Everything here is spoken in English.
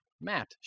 Matt